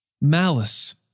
malice